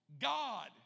God